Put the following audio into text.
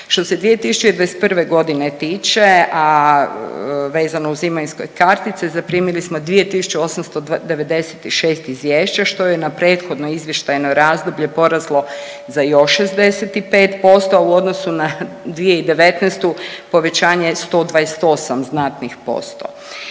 Što se 2021.g. tiče, a vezano uz imovinske kartice zaprimili smo 2.896 izvješća, što je na prethodno izvještajno razdoblje poraslo za još 65%, a u odnosu na 2019. povećanje je 128 znatnih posto.